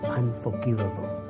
unforgivable